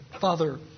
Father